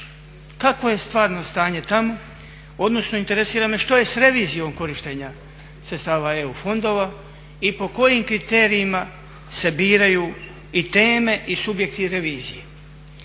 Kakvo je stvarno stanje tamo, odnosno interesira me što je s revizijom korištenja sredstava EU fondova i po kojim kriterijima se biraju i teme i subjekti revizije?